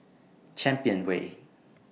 Champion Way